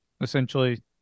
essentially